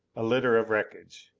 a litter of wreckage!